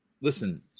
listen